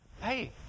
Hey